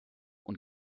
und